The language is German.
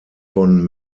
von